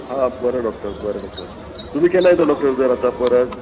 हां बरें डॉक्टर बरें डॉक्टर तुमी केन्ना येता डॉक्टर जर आतां परत